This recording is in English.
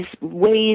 ways